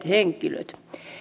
henkilöt